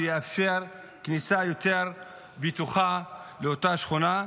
שיאפשר כניסה יותר בטוחה לאותה שכונה.